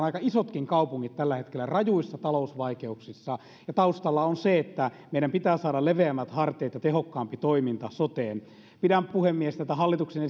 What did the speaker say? aika isotkin kaupungit tällä hetkellä rajuissa talousvaikeuksissa ja taustalla on se että meidän pitää saada leveämmät harteet ja tehokkaampi toiminta soteen pidän puhemies tätä hallituksen